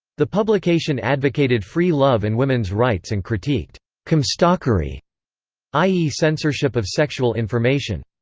the publication advocated free love and women's rights and critiqued comstockery i e. censorship of sexual information.